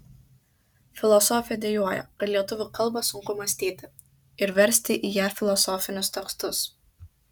filosofė dejuoja kad lietuvių kalba sunku mąstyti ir versti į ją filosofinius tekstus